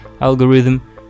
algorithm